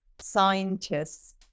scientists